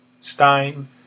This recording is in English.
Stein